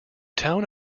town